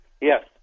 Yes